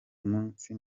munsi